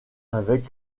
avec